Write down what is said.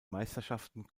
meisterschaften